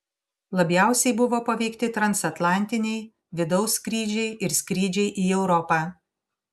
labiausiai buvo paveikti transatlantiniai vidaus skrydžiai ir skrydžiai į europą